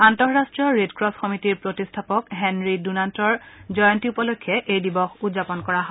আন্তঃৰাষ্ট্ৰীয় ৰেডক্ৰচ সমিতিৰ প্ৰতিষ্ঠাপক হেনৰী ডুনাণ্টৰ জয়ন্তী উপলক্ষেও এই দিৱস উদযাপন কৰা হয়